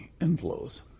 inflows